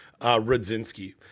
Rudzinski